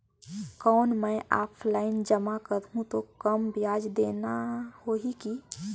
कौन मैं ऑफलाइन जमा करहूं तो कम ब्याज देना होही की?